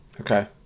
Okay